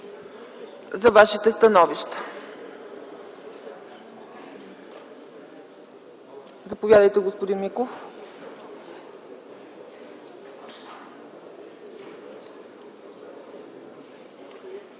за вашите становища. Заповядайте, господин Миков.